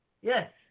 Yes